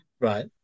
Right